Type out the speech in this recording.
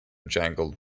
jangled